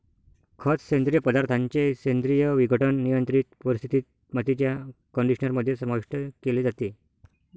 खत, सेंद्रिय पदार्थांचे सेंद्रिय विघटन, नियंत्रित परिस्थितीत, मातीच्या कंडिशनर मध्ये समाविष्ट केले जाते